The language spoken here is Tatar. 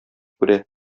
күрә